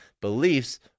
beliefs